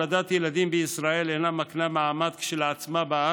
הולדת ילדים בישראל כשלעצמה אינה מקנה מעמד בארץ,